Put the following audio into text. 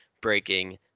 breaking